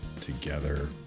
together